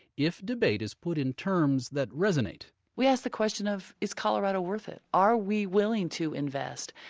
if debate is put in terms that resonate we ask the question of, is colorado worth it? are we willing to invest?